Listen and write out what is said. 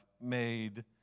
made